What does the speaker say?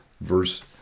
verse